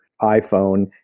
iPhone